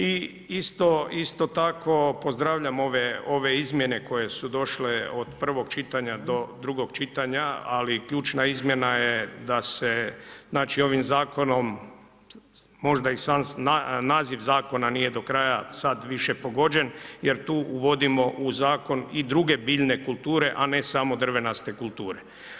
I isto tako pozdravljam ove izmjene koje su došle od prvog čitanja do drugog čitanja, ali ključna izmjena je da se znači ovim zakonom možda i sam naziv zakona nije do kraja sad više pogođen, jer tu uvodimo u zakon i druge biljne kulture, a ne samo drvenaste kulture.